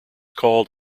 called